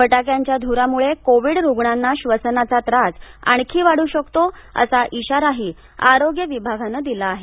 फटाक्यांच्या धुरामुळे कोविड रुग्णांना श्वसनाचा त्रास आणखी वाढू शकतो असा इशाराही आरोग्य विभागानं दिला आहे